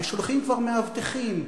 ושולחים כבר מאבטחים,